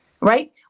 Right